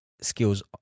skills